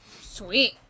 Sweet